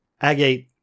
Agate